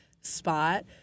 spot